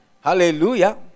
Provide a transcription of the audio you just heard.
Hallelujah